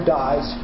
dies